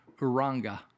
Uranga